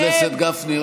חבר הכנסת גפני,